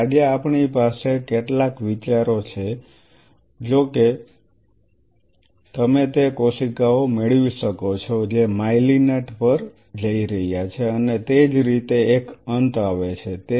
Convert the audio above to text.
તેથી આજે આપણી પાસે કેટલાક વિચારો છે જો કે તમે તે કોશિકાઓ મેળવી શકો છો જે માઇલિનેટ પર જઈ રહ્યા છે અને તે જ રીતે એક અંત આવે છે